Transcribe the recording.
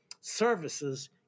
services